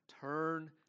Turn